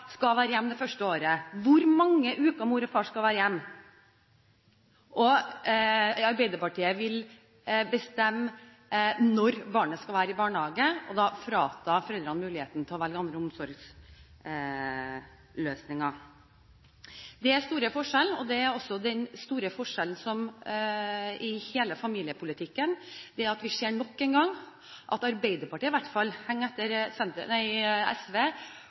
skal være hjemme det første året – hvor mange uker mor og far skal være hjemme. Arbeiderpartiet vil bestemme når barnet skal være i barnehage, og da frata foreldrene muligheten til å velge andre omsorgsløsninger. Det er den store forskjellen, og det er også den store forskjellen i hele familiepolitikken – at vi nok en gang ser at i hvert fall Arbeiderpartiet henger etter SV